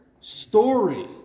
story